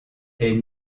est